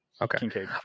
Okay